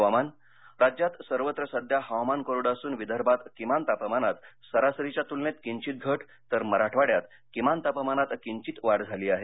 हवामान राज्यात सर्वत्र सध्या हवामान कोरडं असून विदर्भात किमान तापमानात सरासरीच्या तुलनेत किंधित घट तर मराठवाड्यात किमान तापमानात किंचित वाढ झाली आहे